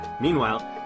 Meanwhile